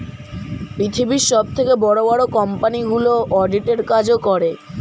পৃথিবীর সবথেকে বড় বড় কোম্পানিগুলো অডিট এর কাজও করে